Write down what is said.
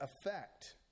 effect